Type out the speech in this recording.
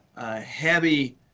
heavy